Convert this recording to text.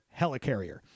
helicarrier